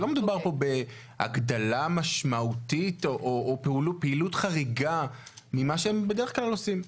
שלא מדובר פה בהגדלה משמעותית או בפעילות חריגה ממה שהם בדרך כלל עושים.